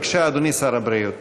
בבקשה, אדוני שר הבריאות.